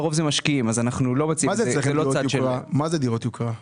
לרוב אלה משקיעים --- מהן דירות יוקרה?